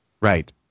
Right